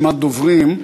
רשימת דוברים.